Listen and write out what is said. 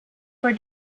for